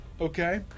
Okay